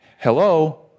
Hello